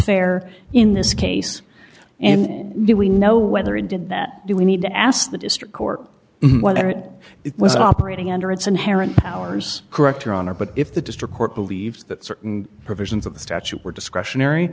fair in this case and do we know whether it did that do we need to ask the district court whatever that it was operating under its inherent powers correct your honor but if the district court believes that certain provisions of the statute were discretionary